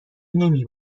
نمی